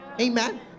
Amen